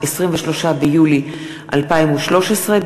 23 ביולי 2013,